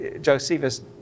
Josephus